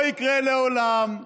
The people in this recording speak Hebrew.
לא יקרה לעולם.